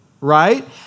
right